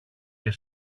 και